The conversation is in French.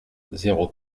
zéro